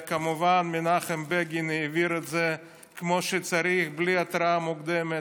כמובן מנחם בגין העביר את זה כמו שצריך בלי התראה מוקדמת,